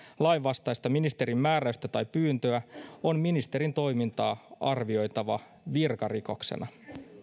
lainvastaista ministerin määräystä tai pyyntöä on ministerin toimintaa arvioitava virkarikoksena